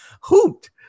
hoot